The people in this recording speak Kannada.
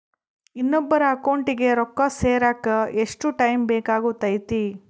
ಇನ್ನೊಬ್ಬರ ಅಕೌಂಟಿಗೆ ರೊಕ್ಕ ಸೇರಕ ಎಷ್ಟು ಟೈಮ್ ಬೇಕಾಗುತೈತಿ?